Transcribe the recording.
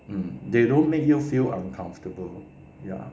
mm they don't make you feel uncomfortable ya